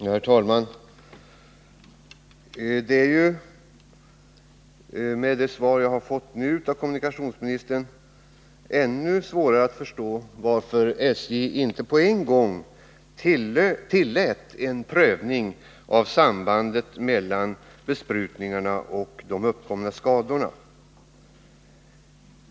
Herr talman! Det är med det svar jag nu fått av kommunikationsministern ännu svårare att förstå varför SJ inte på en gång tillät en prövning av sambandet mellan besprutningarna och de uppkomna skadorna.